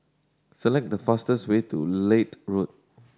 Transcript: select the fastest way to Leith Road